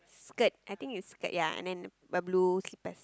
skirt I think is skirt ya and then blue skirt